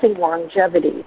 longevity